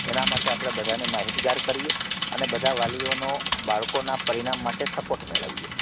એના માટે આપણે બધાને માહિતગાર કરીએ અને બધા વાળીઓનો બાળકોના પરિણામ માટે સપોર્ટ લઈએ